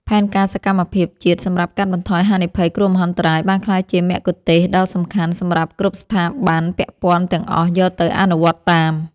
ផែនការសកម្មភាពជាតិសម្រាប់កាត់បន្ថយហានិភ័យគ្រោះមហន្តរាយ បានក្លាយជាមគ្គុទ្ទេសក៍ដ៏សំខាន់សម្រាប់គ្រប់ស្ថាប័នពាក់ព័ន្ធទាំងអស់យកទៅអនុវត្តតាម។